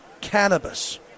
cannabis